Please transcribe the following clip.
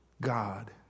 God